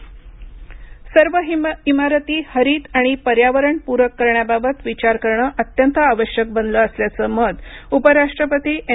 हरित इमारत सर्व इमारती हरित आणि पर्यावरण पूरक करण्याबाबत विचार करणं अत्यंत आवश्यक बनलं असल्याचं मत उपराष्ट्रपती एम